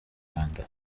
rwanda